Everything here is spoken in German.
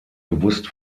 bewusst